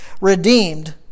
Redeemed